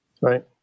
right